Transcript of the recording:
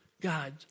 God